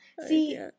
See